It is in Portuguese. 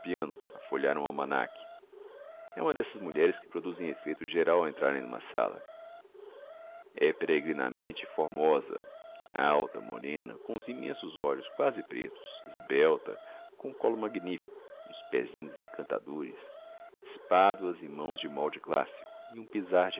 piano a folhear um almanaque é uma dessas mulheres que produzem effeito geral ao entrarem numa sala é peregrinamente formosa alta morena com uns immensos olhos quasi pretos esbelta com um collo magnifico uns pésinhos encantadores espaduas e mãos de molde classico e um pisar